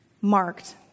Marked